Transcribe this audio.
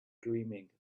dreaming